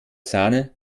sahne